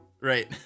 Right